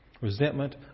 resentment